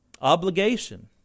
Obligation